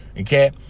okay